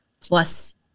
plus